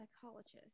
psychologist